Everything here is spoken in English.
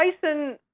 Tyson